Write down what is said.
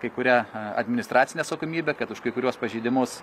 kai kurią administracinę atsakomybę kad už kai kuriuos pažeidimus